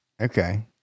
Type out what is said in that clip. Okay